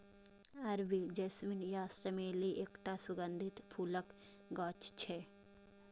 अरबी जैस्मीन या चमेली एकटा सुगंधित फूलक गाछ छियै